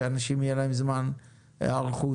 שלאנשים יהיה זמן היערכות.